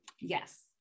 Yes